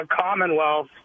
Commonwealth